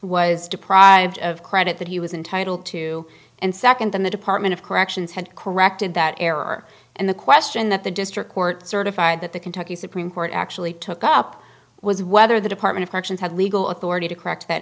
was deprived of credit that he was entitled to and second the department of corrections had corrected that error and the question that the district court certified that the kentucky supreme court actually took up was whether the department of corrections had legal authority to correct that